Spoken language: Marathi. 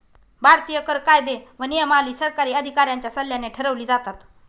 भारतीय कर कायदे व नियमावली सरकारी अधिकाऱ्यांच्या सल्ल्याने ठरवली जातात